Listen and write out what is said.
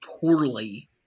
poorly